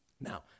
Now